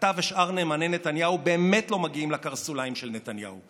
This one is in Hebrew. אתה ושאר נאמני נתניהו באמת לא מגיעים לקרסוליים של נתניהו,